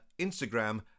Instagram